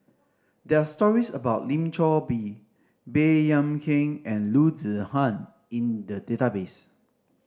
there are stories about Lim Chor Pee Baey Yam Keng and Loo Zihan in the database